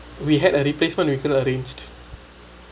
we had a replacement we could arranged